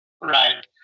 Right